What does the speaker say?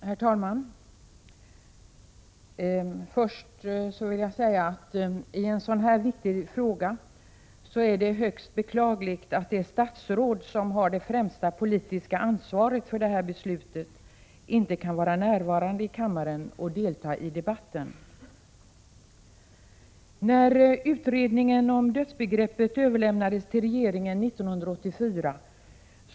Herr talman! Först vill jag säga att det är högst beklagligt att det statsråd som har det främsta politiska ansvaret för beslutet i en så här viktig fråga inte kan vara närvarande i kammaren och delta i debatten. tycktes enighet råda om att ett beslut om nya dödskriterier inte skulle Prot.